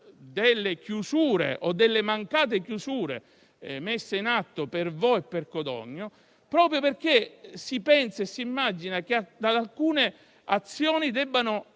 delle chiusure (o delle mancate chiusure) messe in atto per Vo' e Codogno, proprio perché si immagina che ad alcune azioni debbano